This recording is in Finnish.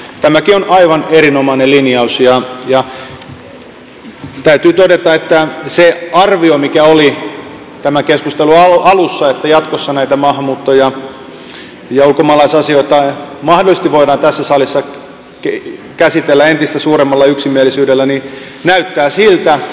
tämäkin on aivan erinomainen linjaus ja täytyy todeta että näyttää siltä että se arvio mikä oli tämän keskustelun alussa että jatkossa näitä maahanmuutto ja ulkomaalaisasioita mahdollisesti voidaan tässä salissa käsitellä entistä suuremmalla yksimielisyydellä on oikea